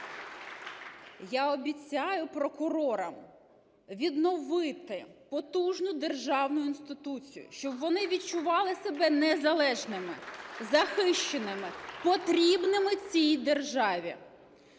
Я обіцяю прокурорам відновити потужну державну інституцію, щоб вони відчували себе незалежними, захищеними, потрібними цій державі.